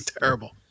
terrible